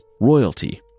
royalty